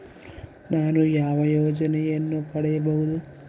ನಾನು ಯಾವ ಯೋಜನೆಯನ್ನು ಪಡೆಯಬಹುದು?